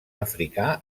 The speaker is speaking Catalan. africà